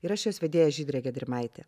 ir aš jos vedėja žydrė gedrimaitė